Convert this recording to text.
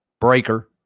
Breaker